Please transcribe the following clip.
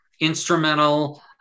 instrumental